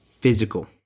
physical